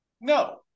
no